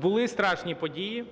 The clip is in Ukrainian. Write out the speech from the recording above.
Були страшні події.